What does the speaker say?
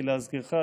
ולהזכירך,